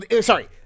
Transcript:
sorry